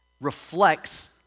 reflects